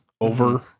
over